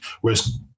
whereas